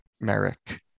Merrick